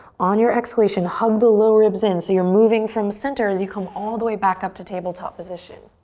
on your exhalation, hug the low ribs in so you're moving from center as you come all the way back up to tabletop position.